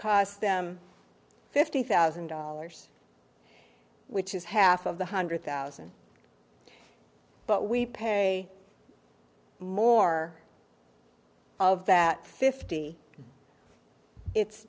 costs them fifty thousand dollars which is half of the hundred thousand but we pay more of that fifty it's